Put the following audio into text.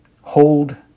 Hold